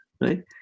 right